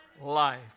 life